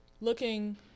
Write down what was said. looking